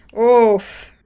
Oof